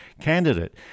candidate